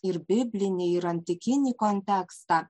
ir biblinį ir antikinį kontekstą